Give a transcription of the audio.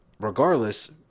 regardless